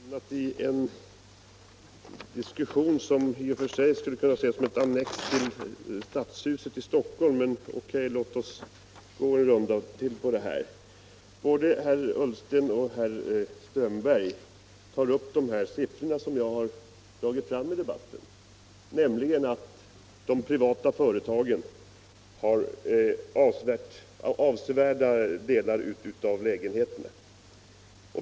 Herr talman! Vi har hamnat i en diskussion som i och för sig skulle kunna ses som en fortsättning på debatterna i Stadshuset i Stockholm. Men låt oss gå en runda till. Både herr Ullsten och herr Strömberg i Botkyrka tar upp de siffror som jag lagt fram i debatten. Det är siffror som visar att de privata företagen innehar en avsevärd del av lägenheterna.